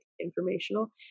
informational